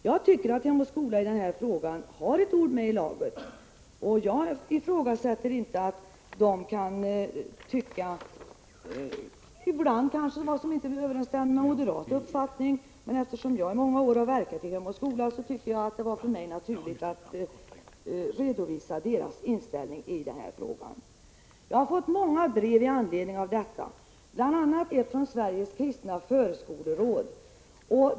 Jag tycker att Hem och skola bör ha ett ord med i laget i den här frågan. Jag ifrågasätter inte att man där ibland kan tycka någonting som inte överensstämmer med moderat uppfattning, men eftersom jag i många år har verkat i Hem och skola var det naturligt för mig att redovisa Hem och skolas inställning i den här frågan. Jag har fått många brev i anledning av detta, bl.a. ett från Sveriges kristna förskoleråd.